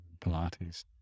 Pilates